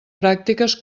pràctiques